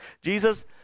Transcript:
Jesus